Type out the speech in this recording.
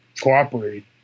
cooperate